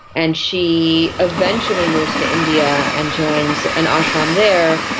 and she eventually moves to india and joins an ashram there,